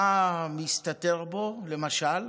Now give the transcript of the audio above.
מה מסתתר בו, למשל?